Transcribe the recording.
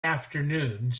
afternoons